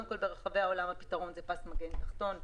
קודם כול, ברחבי העולם הפתרון הוא פס מגן תחתון.